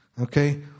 Okay